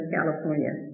California